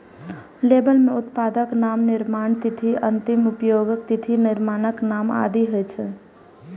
label मे उत्पादक नाम, निर्माण तिथि, अंतिम उपयोगक तिथि, निर्माताक नाम आदि होइ छै